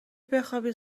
بخوابی